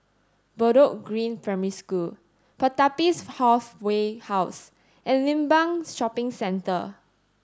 Bedok Green Primary School Pertapis Halfway House and Limbang Shopping Centre